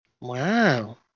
Wow